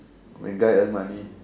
when guy earn money